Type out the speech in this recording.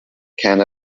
kind